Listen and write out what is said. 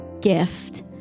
gift